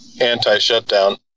anti-shutdown